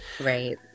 Right